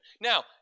Now